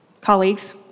colleagues